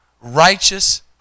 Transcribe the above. righteous